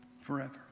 forever